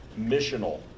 missional